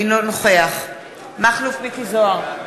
אינו נוכח מכלוף מיקי זוהר,